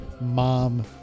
mom